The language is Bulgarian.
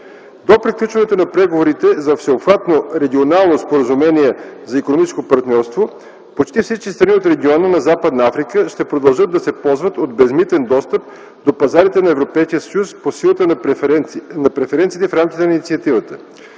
До приключването на преговорите за всеобхватно регионално споразумение за икономическо партньорство почти всички страни от региона на Западна Африка ще продължат да се ползват от безмитен достъп до пазарите на Европейския съюз по силата на преференциите в рамките на Инициативата